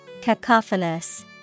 Cacophonous